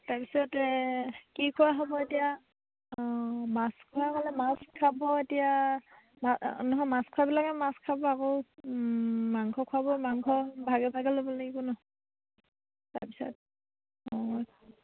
তাৰপিছতে কি খোৱা হ'ব এতিয়া অঁ মাছ খোৱা হ'লে মাছ খাব এতিয়া নহয় মাছ খোৱাবিলাকে মাছ খাব আকৌ মাংস খোৱাবোৰে মাংস ভাগে ভাগে ল'ব লাগিব ন তাৰপিছত অঁ